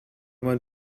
man